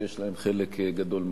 ויש להם חלק גדול בכך.